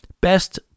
best